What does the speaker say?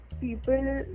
people